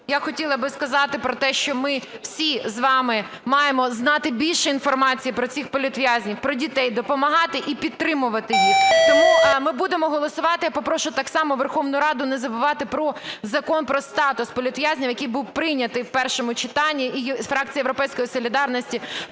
я хотіла би сказати про те, що ми всі з вами маємо знати більше інформації про цих політв'язнів, про дітей, допомагати і підтримувати їх. Тому ми будемо голосувати. І я попрошу так само Верховну Раду не забувати про Закон про статус політв'язнів, який був прийнятий в першому читанні і фракція "Європейської солідарності"